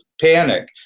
panic